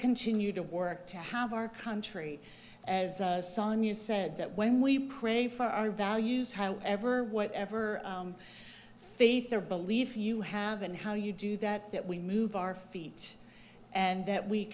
continue to work to have our country as sanju said that when we pray for our values however whatever faith or belief you have and how you do that that we move our feet and that we